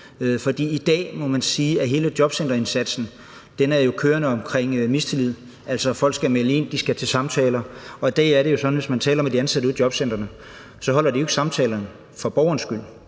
sige, at hele jobcenterindsatsen er kørende omkring mistillid – folk skal melde ind, de skal til samtaler. Og i dag er det jo sådan, at hvis man taler med de ansatte ude i jobcentrene, så holder de jo ikke samtalerne for borgerens skyld,